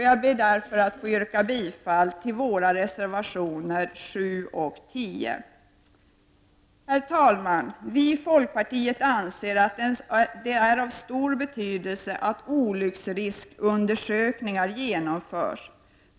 Jag ber att få yrka bifall till våra reservationer nr 7 och 10. Herr talman! Vi i folkpartiet anser att det är av stor betydelse att olycksriskundersökningar genomförs.